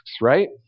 right